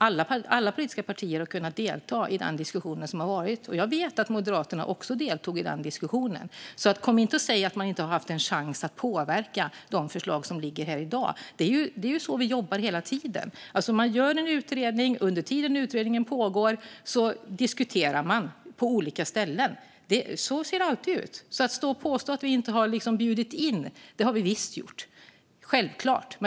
Alla politiska partier har kunnat delta i den diskussion som varit, och jag vet att också Moderaterna deltog. Så kom inte och säg att man inte har haft en chans att påverka de förslag som ligger här i dag! Det är ju så vi jobbar hela tiden. Man gör en utredning, och medan den pågår diskuterar man på olika ställen. Så ser det alltid ut. Så stå inte och påstå att vi inte har bjudit in! Det har vi visst gjort, självklart.